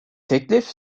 teklif